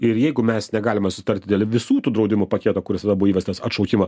ir jeigu mes negalime sutarti dėl visų tų draudimų paketo kuris yra buvo įvestas atšaukimo